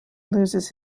loses